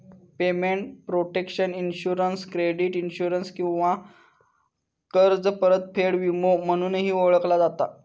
payment protection insurance credit insurance किंवा कर्ज परतफेड विमो म्हणूनही ओळखला जाता